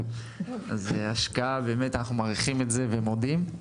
אנחנו מעריכים את זה ומודים.